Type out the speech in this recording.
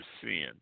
sin